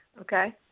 Okay